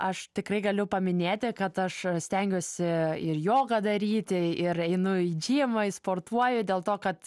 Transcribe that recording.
aš tikrai galiu paminėti kad aš stengiuosi ir jogą daryti ir einu į džymą ir sportuoju dėl to kad